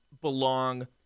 belong